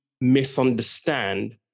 misunderstand